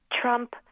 Trump